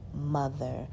mother